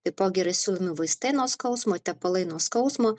taipogi yra siūlomi vaistai nuo skausmo tepalai nuo skausmo